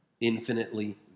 infinitely